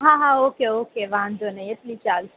હા okay okay વાંધો નહીં એટલી ચાલશે